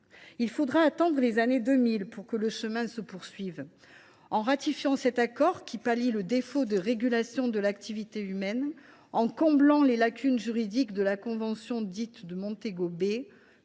fallu attendre les années 2000 pour poursuivre le chemin. En ratifiant cet accord, qui pallie le défaut de régulation de l’activité humaine et comble les lacunes juridiques de la convention dite de Montego Bay,